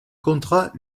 contrat